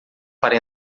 para